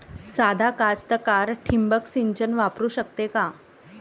सादा कास्तकार ठिंबक सिंचन वापरू शकते का?